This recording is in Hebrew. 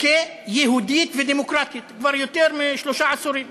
כיהודית ודמוקרטית כבר יותר משלושה עשורים.